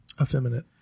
Effeminate